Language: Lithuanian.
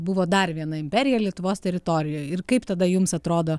buvo dar viena imperija lietuvos teritorijoje ir kaip tada jums atrodo